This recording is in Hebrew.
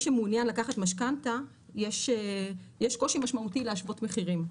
שמעוניין לקחת משכנתא יש קושי משמעותי להשוות מחירים.